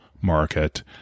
market